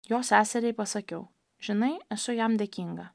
jo seseriai pasakiau žinai esu jam dėkinga